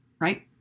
right